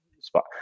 spot